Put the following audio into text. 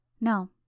No